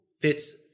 fits